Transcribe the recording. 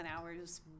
hours